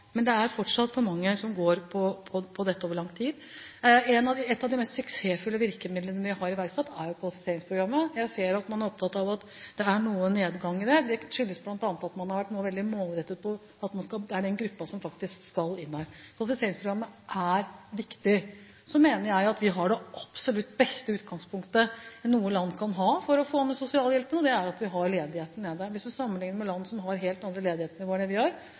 Men det er fortsatt for mange som går på dette over lang tid. Et av de mest suksessfulle virkemidlene vi har iverksatt, er kvalifiseringsprogrammet. Jeg ser at man er opptatt av at det er noe nedgang i det. Det skyldes bl.a. at man nå har vært veldig målrettet på at det faktisk er den gruppen som skal inn her. Kvalifiseringsprogrammet er viktig. Så mener jeg at vi har det absolutt beste utgangspunktet noe land kan ha for å få ned sosialhjelpen, og det er at vi har lav ledighet. Hvis vi sammenlikner med land som har helt andre ledighetsnivå enn det vi har,